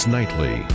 Nightly